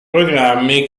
programmi